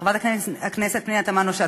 חברת הכנסת פנינה תמנו-שטה,